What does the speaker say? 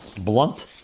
Blunt